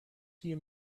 see